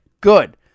Good